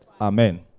Amen